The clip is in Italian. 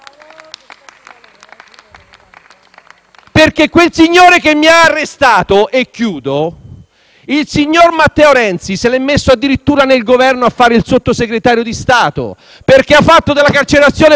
FI-BP)*. Il signore che mi ha arrestato - e chiudo - il signor Matteo Renzi se lo è messo addirittura nel Governo a fare il Sottosegretario di Stato, perché ha fatto della carcerazione preventiva una carriera